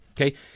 Okay